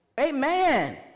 Amen